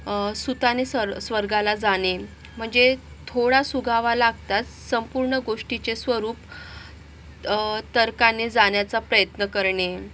सुताने स्वर स्वर्गाला जाणे म्हणजे थोडा सुगावा लागताच संपूर्ण गोष्टीचे स्वरूप तर्काने जाणण्याचा प्रयत्न करणे